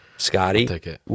Scotty